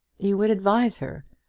you would advise her.